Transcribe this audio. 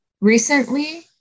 recently